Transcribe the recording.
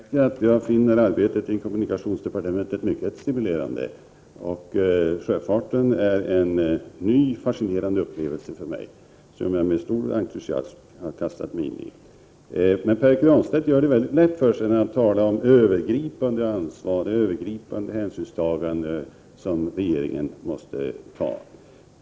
Herr talman! Jag vill försäkra att jag finner arbetet i kommunikationsdepartementet mycket stimulerande. Sjöfarten är en ny fascinerande uppgift för mig, som jag med stor entusiasm har kastat mig in i. Pär Granstedt gör det lätt för sig genom att tala om det övergripande ansvar som regeringen måste ta.